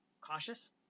cautious